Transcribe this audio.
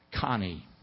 Connie